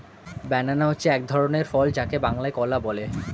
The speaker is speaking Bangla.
ব্যানানা হচ্ছে এক ধরনের ফল যাকে বাংলায় কলা বলে